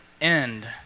end